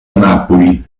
napoli